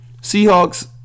Seahawks